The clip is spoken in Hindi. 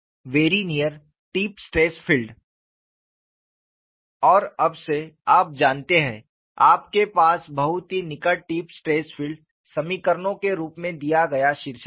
vary near tip stress field और अब से आप जानते हैं आपके पास बहुत ही निकट टिप स्ट्रेस फील्ड समीकरणों के रूप में दिया गया शीर्षक होगा